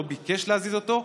לא ביקש להזיז אותו,